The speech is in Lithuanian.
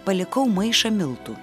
palikau maišą miltų